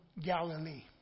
Galilee